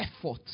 effort